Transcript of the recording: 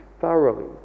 thoroughly